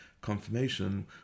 confirmation